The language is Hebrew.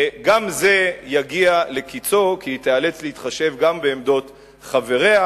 גם זה יגיע לקצו כי היא תיאלץ להתחשב גם בעמדות חבריה.